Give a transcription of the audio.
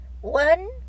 one